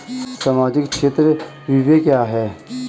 सामाजिक क्षेत्र व्यय क्या है?